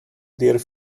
dear